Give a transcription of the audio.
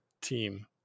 team